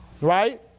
right